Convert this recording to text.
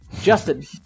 Justin